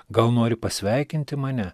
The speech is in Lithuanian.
gal nori pasveikinti mane